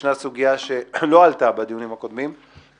שישנה סוגיה שלא עלתה בדיונים הקודמים,